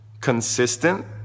consistent